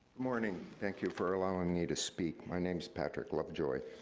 morning. thank you for allowing me to speak. my name's patrick lovejoy.